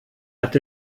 hat